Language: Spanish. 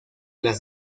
las